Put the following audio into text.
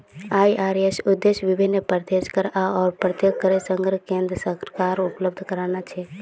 IRS उद्देश्य विभिन्न प्रत्यक्ष कर आर अप्रत्यक्ष करेर संग्रह केन्द्र सरकारक उपलब्ध कराना छे